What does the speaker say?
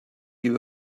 you